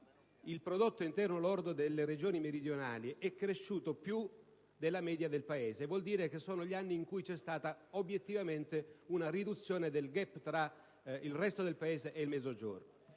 gli anni in cui il PIL delle Regioni meridionali è cresciuto più che nella media del Paese: vuol dire che sono stati anni in cui vi è stata, obiettivamente, una riduzione del *gap* tra il resto del Paese ed il Mezzogiorno.